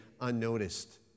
unnoticed